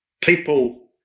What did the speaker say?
People